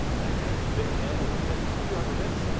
ah magnetic bit handle with ten screwdriver bits,